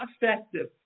effective